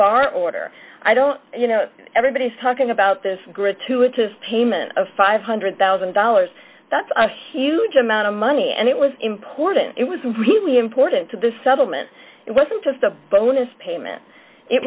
bar order i don't you know everybody's talking about this gratuitous payment of five hundred thousand dollars that's a huge amount of money and it was important it was really important to the settlement it wasn't just a bonus payment it